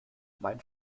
mein